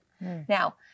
Now